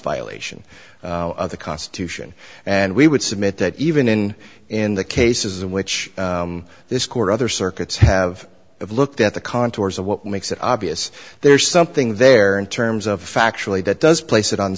violation of the constitution and we would submit that even in the cases in which this court other circuits have looked at the contours of what makes it obvious there's something there in terms of factually that does place it on